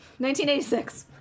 1986